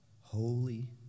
holy